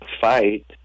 fight